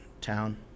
town